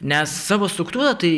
nes savo struktūra tai